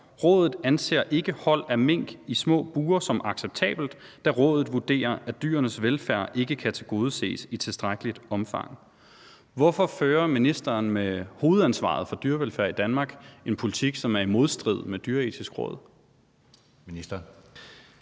Rådet anser ikke hold af mink i små bure som acceptabelt, da rådet vurderer, at dyrenes velfærd ikke kan tilgodeses i tilstrækkeligt omfang. Hvorfor fører ministeren med hovedansvaret for dyrevelfærd i Danmark en politik, som er i modstrid med Det Dyreetiske Råd? Kl.